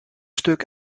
stuk